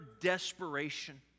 desperation